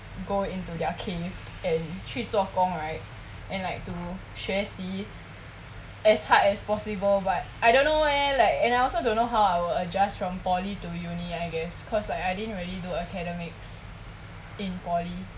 go into their cave and 去做工 right and like to 学习 as hard as possible but I don't know leh like and I also don't know how I will adjust from poly to uni I guess cause like I didn't really do academics in poly